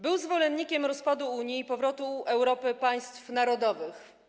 Był zwolennikiem rozpadu Unii i powrotu Europy państw narodowych.